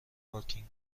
پارکینگ